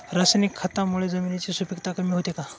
रासायनिक खतांमुळे जमिनीची सुपिकता कमी होते का?